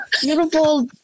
beautiful